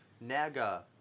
NAGA